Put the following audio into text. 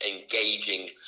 engaging